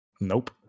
Nope